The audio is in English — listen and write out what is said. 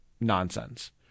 nonsense